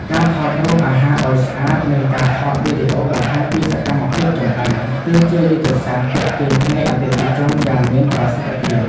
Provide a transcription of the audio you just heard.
ការថតរូបអាហារឱ្យស្អាតនិងការថតវីដេអូបង្ហាញពីសកម្មភាពចម្អិន គឺជាយុទ្ធសាស្ត្រទាក់ទាញភ្នែកអតិថិជនយ៉ាងមានប្រសិទ្ធភាព។